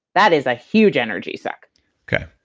that is a huge energy suck okay.